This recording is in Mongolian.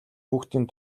хүүхдийн